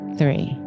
three